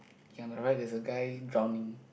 ya on the right there is a guy drowning